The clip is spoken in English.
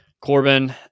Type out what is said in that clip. Corbin